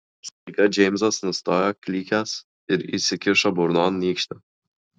staiga džeimsas nustojo klykęs ir įsikišo burnon nykštį